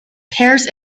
pears